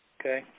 Okay